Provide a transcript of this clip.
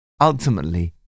Ultimately